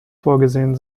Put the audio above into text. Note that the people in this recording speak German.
vorgesehen